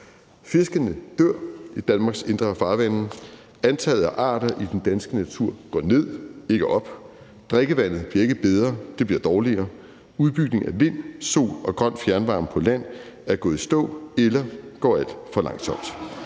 Fiskene dør i Danmarks indre farvande. Antallet af arter i den danske natur går ned, ikke op. Drikkevandet bliver ikke bedre, det bliver dårligere. Udbygningen af vind, sol og grøn fjernvarme på land er gået i stå eller går alt for langsomt.